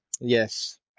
Yes